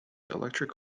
electric